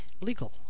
Legal